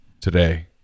today